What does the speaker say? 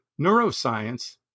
neuroscience